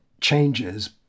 changes